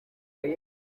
ati